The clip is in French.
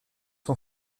son